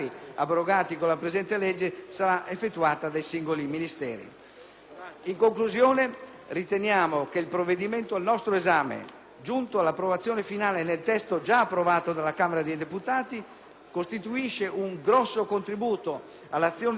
In conclusione, riteniamo che il provvedimento al nostro esame, giunto all'approvazione finale nel testo già approvato dalla Camera dei deputati, costituisce un grande contributo all'azione di semplificazione normativa di cui il nostro Paese ha veramente bisogno.